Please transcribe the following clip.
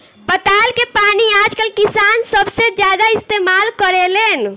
पताल के पानी आजकल किसान सबसे ज्यादा इस्तेमाल करेलेन